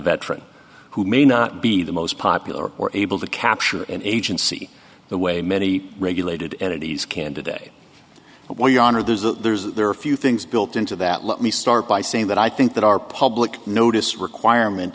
veteran who may not be the most popular or able to capture an agency the way many regulated entities candidate well your honor there's a there are a few things built into that let me start by saying that i think that our public notice requirement